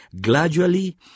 gradually